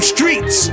Streets